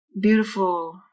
Beautiful